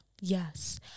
Yes